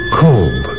cold